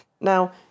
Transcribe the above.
Now